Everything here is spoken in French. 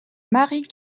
marie